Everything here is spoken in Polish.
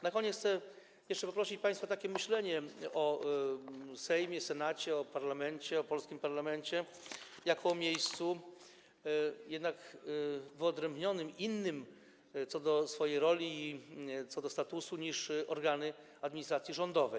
Na koniec chcę jeszcze poprosić państwa o myślenie o Sejmie, Senacie, parlamencie, polskim parlamencie, jako o miejscu jednak wyodrębnionym, innym co do roli, co do statusu niż organy administracji rządowej.